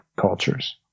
cultures